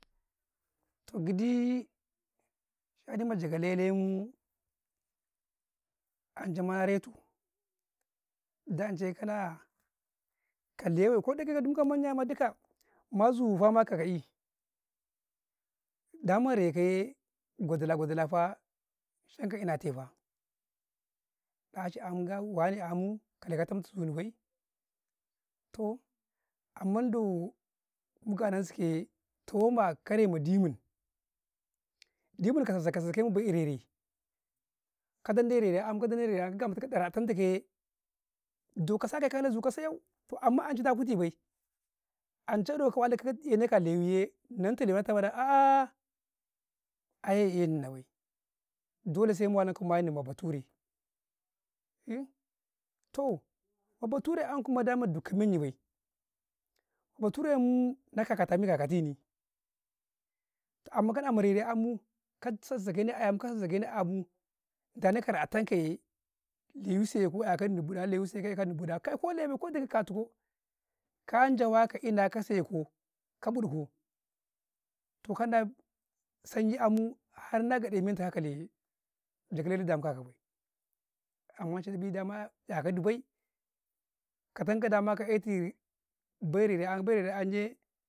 ﻿toh gi ɗii, gi ɗii ma jaga leleenuu ancai ma yratu. da ancai kata, kaleewai iko dage kadumi ka manya maduka mazu fama kaka'i daman rekayee, ka gudula-gudula fa canka inaa tefa, ɗ aci anga wane amuu, kale ka tamta zunubee, toh amman doo, mugonan sukaye, toh manaa kare madimun, dimun ka sassake- sassake mabee rereko dabu rere-ayan kaga matu, do kasaka kalo zagau sa yau, amma ancai da kutube ancai do ka walakare nanta lewie na tama a'aa, aye ye nna bai dole sai mu walankau nu'yann nauuma bature toh ma bature 'yenkuma dama dukka man-yibee, ma bature na kakati- kakati ne too amma kana ma rere amma ka sassake ayan ka sassake abuu yaneka ya ɗ a kayee, lewuu seku, ya nanga ba2aa, lewuu seku ya nanga ba2aakai ko lewuu ko duka katu kau kajawa ka iina ka saiko, ka 2u ɗ u zukau, to kan do sanyi amu, har naa ga2ee, mantau ka- kalee jaga ledi da muka - ka2ee ka tanka dama ka yetuu yee, bai rere-bai rere ayen ye.